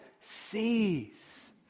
sees